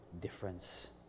difference